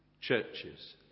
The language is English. churches